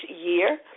year